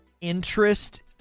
interest